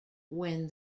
when